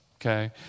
okay